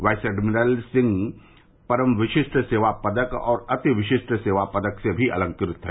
vice admiral Singh परम विशिष्ट सेवा पदक और अतिविशिष्ट सेवा पदक से अलंकृत भी है